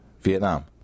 Vietnam